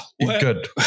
Good